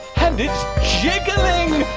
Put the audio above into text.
and it's jiggling.